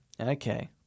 Okay